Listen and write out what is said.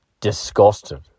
Disgusted